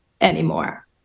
anymore